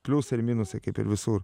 pliusai ir minusai kaip ir visur